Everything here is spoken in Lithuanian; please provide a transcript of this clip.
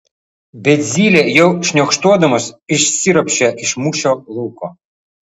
bet zylė jau šniokštuodamas išsiropščia iš mūšio lauko